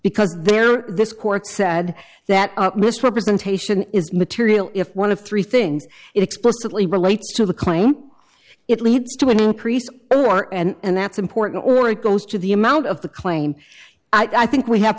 because there this court said that misrepresentation is material if one of three things explicitly relates to the claim it leads to an increase over and that's important or it goes to the amount of the claim i think we have